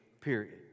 period